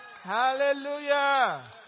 Hallelujah